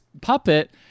puppet